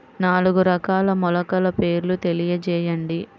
నాలుగు రకాల మొలకల పేర్లు తెలియజేయండి?